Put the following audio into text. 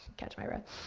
catch my breath.